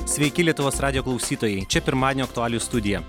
sveiki lietuvos radijo klausytojai čia pirmadienio aktualijų studija